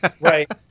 right